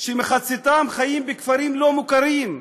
שמחציתם חיים בכפרים לא מוכרים,